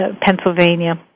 Pennsylvania